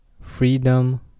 freedom